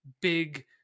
big